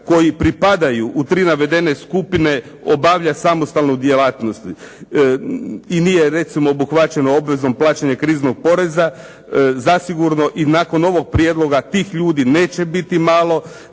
koji pripadaju u tri navedene skupine obavlja samostalnu djelatnost i nije recimo obuhvaćeno obvezom plaćanje kriznog poreza, zasigurno i nakon ovog prijedloga tih ljudi neće biti malo,